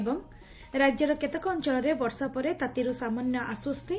ଏବଂ ରାଜ୍ୟର କେତେକ ଅଞ୍ଚଳରେ ବର୍ଷା ପରେ ତାତିରୁ ସାମାନ୍ୟ ଆଶ୍ୱସ୍ତି